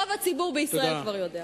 רוב הציבור בישראל כבר יודע.